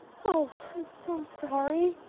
oh, i'm so sorry!